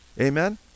Amen